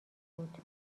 بود